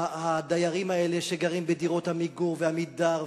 הדיירים האלה שגרים בדירות "עמיגור" ו"עמידר",